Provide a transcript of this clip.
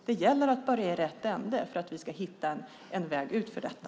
Det gäller att börja i rätt ände för att vi ska hitta en väg ut från detta.